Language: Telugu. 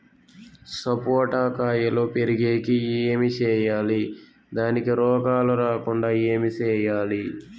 సపోట కాయలు పెరిగేకి ఏమి సేయాలి దానికి రోగాలు రాకుండా ఏమి సేయాలి?